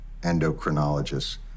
endocrinologists